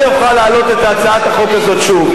אני אוכל להעלות את הצעת החוק הזאת שוב,